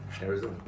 Arizona